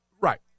Right